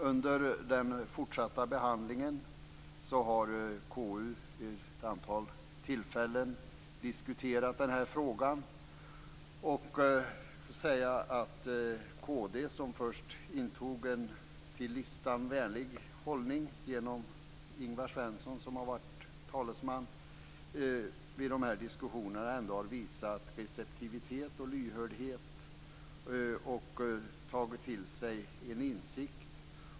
Under den fortsatta behandlingen har KU vid ett antal tillfällen diskuterat frågan. Kristdemokraterna, som först intog en till listan vänlig hållning genom Ingvar Svensson, som har varit talesman i de här diskussionerna, har ändå visat receptivitet och lyhördhet och tagit till sig en insikt.